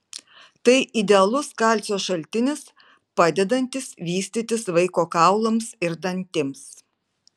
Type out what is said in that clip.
tai idealus kalcio šaltinis padedantis vystytis vaiko kaulams ir dantims